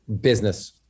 business